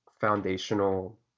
foundational